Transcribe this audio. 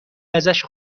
ازش